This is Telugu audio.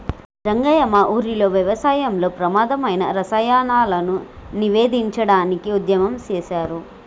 రంగయ్య మా ఊరిలో వ్యవసాయంలో ప్రమాధమైన రసాయనాలను నివేదించడానికి ఉద్యమం సేసారు